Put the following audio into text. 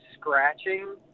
scratching